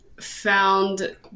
found